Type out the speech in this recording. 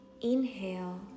inhale